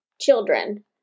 children